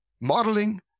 modeling